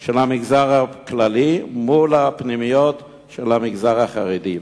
של המגזר הכללי מול הפנימיות של המגזר החרדי,